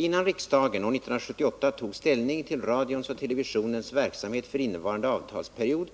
Innan riksdagen år 1978 tog ställning till radions och televisionens verksamhet för innevarande avtalsperiod